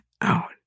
out